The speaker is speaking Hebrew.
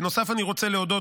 בנוסף, אני רוצה להודות